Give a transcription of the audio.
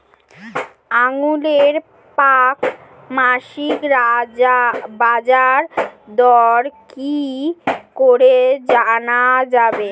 আঙ্গুরের প্রাক মাসিক বাজারদর কি করে জানা যাবে?